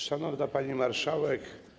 Szanowna Pani Marszałek!